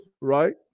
right